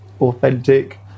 authentic